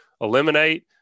eliminate